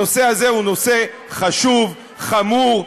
הנושא הזה הוא נושא חשוב, חמור.